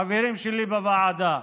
חברים שלי בוועדה,